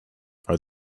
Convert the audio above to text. are